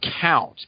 count